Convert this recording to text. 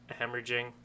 hemorrhaging